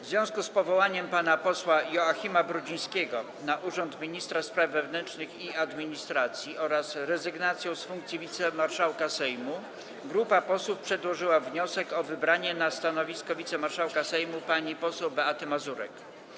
W związku z powołaniem pana posła Joachima Brudzińskiego na urząd ministra spraw wewnętrznych i administracji oraz rezygnacją z funkcji wicemarszałka Sejmu grupa posłów przedłożyła wniosek o wybranie na stanowisko wicemarszałka Sejmu pani poseł Beaty Mazurek.